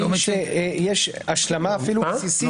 אנו לא יכולים להכין נוסח בלי שיש השלמה בסיסית אפילו.